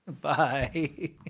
Bye